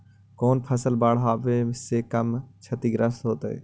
कौन फसल बाढ़ आवे से कम छतिग्रस्त होतइ?